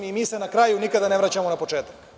Mi se na kraju nikada ne vraćamo na početak.